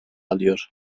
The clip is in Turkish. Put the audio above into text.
alıyor